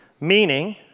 Meaning